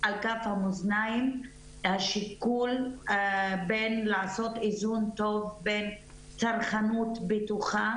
על כף המאזניים השיקול בין לעשות איזון טוב בין צרכנות בטוחה